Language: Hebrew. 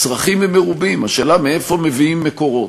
הצרכים הם מרובים, השאלה מאיפה מביאים מקורות.